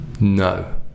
No